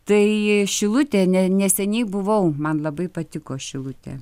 tai šilutė ne neseniai buvau man labai patiko šilutė